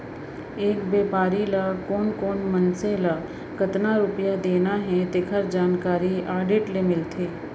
एक बेपारी ल कोन कोन मनसे ल कतना रूपिया देना हे तेखर जानकारी आडिट ले मिलथे